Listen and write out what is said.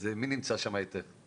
אז מי נמצא שם איתך?